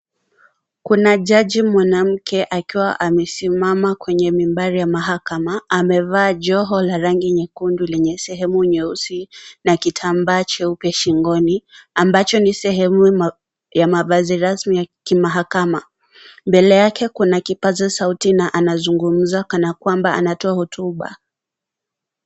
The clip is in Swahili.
Kuna jaji mwanamke akiwa amesimama kwenye mimbari ya mahakama. Amevaa joho la rangi nyekundu lenye sehemu nyeusi na kitambaa cheupe shingoni ambacho ni sehemu ya mavazi rasmi ya kimahakama. Mbele yake kuna kipaza sauti na anazungumza kana kwamba anatoa hotuba.